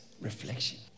reflection